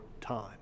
time